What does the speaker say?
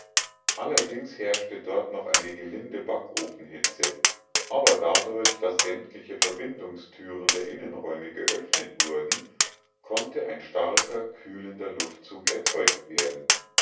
allerdings herrschte dort noch eine gelinde backofenhitze aber dadurch daß sämtliche verbindungstüren der innenräume geöffnet wurden konnte ein starker kühlender luftzug erzeugt werden